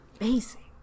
amazing